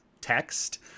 text